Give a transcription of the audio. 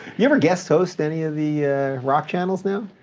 you ever guest host any of the rock channels now?